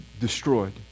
destroyed